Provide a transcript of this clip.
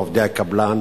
עובדי הקבלן,